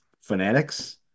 Fanatics